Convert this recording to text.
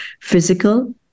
physical